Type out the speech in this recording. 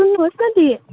सुन्नुहोस् न दिदी